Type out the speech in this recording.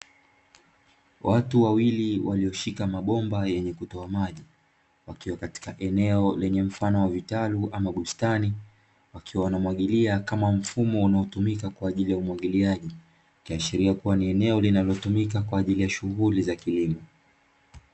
Watu wawili walioshika mabomba yenye kutoa maji, wakiwa katika eneo lenye mfano wa vitalu ama bustani wakiwa wanamwagilia kama mfumo unaotumika kama umwagiliaji ikiashiria kuwa ni eneo linalotumika kwa ajili ya shughuli za kilimo.